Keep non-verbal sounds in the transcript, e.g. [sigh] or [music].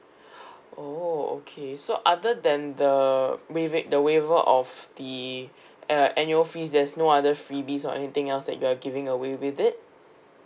[breath] oh okay so other than the waive it the waiver of the [breath] uh annual fees there's no other freebies or anything else that you're giving away with it